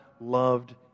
loved